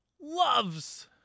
loves